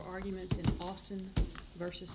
arguments austin versus